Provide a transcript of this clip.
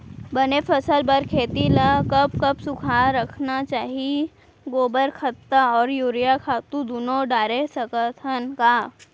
बने फसल बर खेती ल कब कब सूखा रखना चाही, गोबर खत्ता और यूरिया खातू दूनो डारे सकथन का?